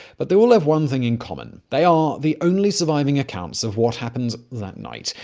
but they all have one thing in common. they are the only surviving accounts of what happened that night.